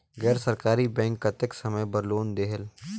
गैर सरकारी बैंक कतेक समय बर लोन देहेल?